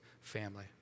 family